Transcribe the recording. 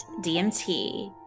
DMT